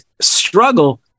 struggle